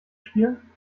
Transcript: spielen